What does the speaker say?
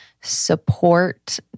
Support